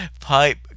Pipe